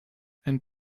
and